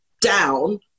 down